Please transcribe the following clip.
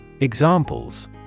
Examples